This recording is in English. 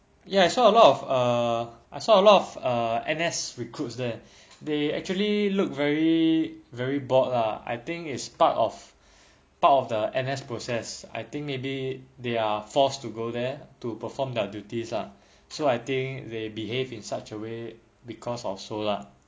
ya I saw a lot of err I saw a lot of err N_S recruits there they actually look very very bored lah I think it's part of part of the N_S process I think maybe they are forced to go there to perform their duties lah so I think they behave in such a way because of so lah